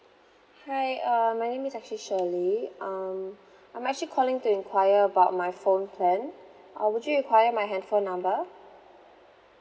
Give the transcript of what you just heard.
hi uh my name is actually shirley um I'm actually calling to enquire about my phone plan uh would you require my handphone number